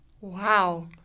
Wow